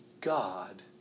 God